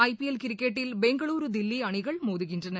ஐ P L கிரிக்கெட்டில் பெங்களூரு தில்லி அணிகள் மோதுகின்றன